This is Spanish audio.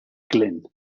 glen